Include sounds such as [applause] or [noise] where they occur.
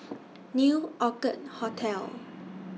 [noise] New Orchid Hotel